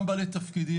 גם בעלי תפקידים,